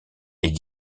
est